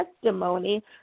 testimony